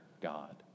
God